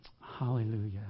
Hallelujah